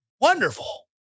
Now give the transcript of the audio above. wonderful